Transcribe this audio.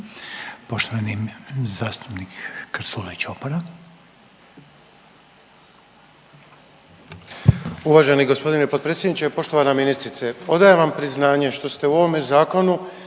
Poštovani zastupnik Krstulović Opara.